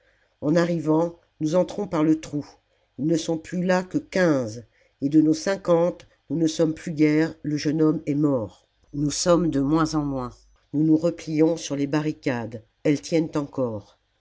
en arrivant nous entrons par le trou ils ne sont plus là que quinze et de nos cinquante nous ne sommes plus guère le jeune homme est mort nous sommes de moins en moins nous nous replions sur les barricades elles tiennent encore